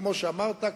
כמו שאמרת,